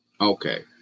Okay